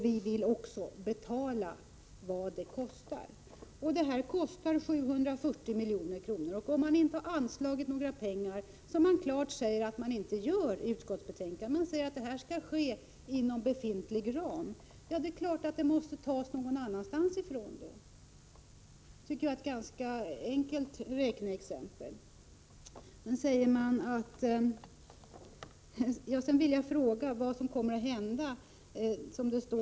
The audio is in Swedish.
Vi vill också betala vad det kostar — 740 milj.kr. Om det inte anslås några pengar — utskottet säger också i betänkandet att pengar inte anslås, utan att detta skall ske inom befintlig ram — måste det självfallet betalas på något annat sätt. Det är ett ganska enkelt räkneexempel. Jag vill fråga vad som kommer att hända efter de två åren.